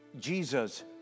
Jesus